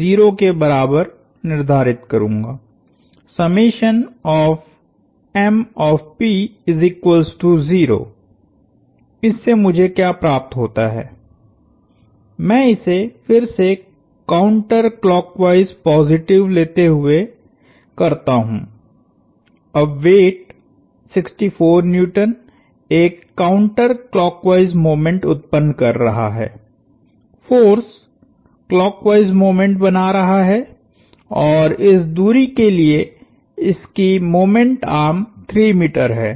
0 के बराबर निर्धारित करूँगा इससे मुझे क्या प्राप्त होता है मैं इसे फिर से काउंटर क्लॉकवाइज पॉजिटिव लेते हुए करता हूं अब वेट 64N एक काउंटर क्लॉकवाइज मोमेंट उत्पन्न कर रहा है फोर्स क्लॉकवाइज मोमेंट बना रहा है और इस दूरी के लिए इसकी मोमेंट आर्म 3m है